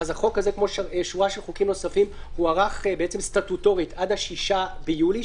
החוק הזה כמו שורה של חוקים נוספים הוארך סטטוטורית עד ה-6 ביולי,